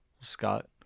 Scott